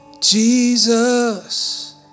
Jesus